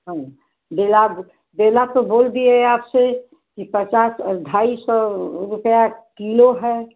हाँ बेलाब बेला तो बोल दिए आपसे कि पचास और ढाई सौ रुपया किलो है